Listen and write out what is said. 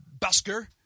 busker